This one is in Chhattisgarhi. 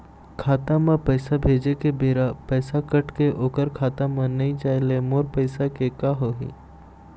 खाता म पैसा भेजे के बेरा पैसा कट के ओकर खाता म नई जाय ले मोर पैसा के का होही?